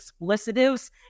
explicitives